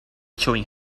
chewing